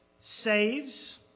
saves